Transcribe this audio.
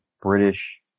British